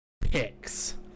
picks